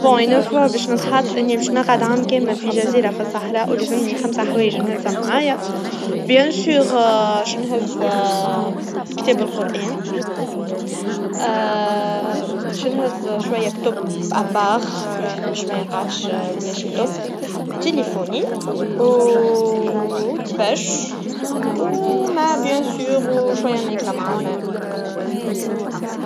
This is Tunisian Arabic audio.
جيد باش نتحط إني باش نقعد عام كامل في جزيرا في الصحراء, ولازمني خمس حوايج نهزها معايا, بكل تأكيد, شنهز, كتاب القرآن, شنهز شويا كتب, علشا واحد باش ميقعدش بلاش كتب, تليفوني, و تباش, ومع بكل تأكيد, وشوية ماكلا مع الماء.